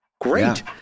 great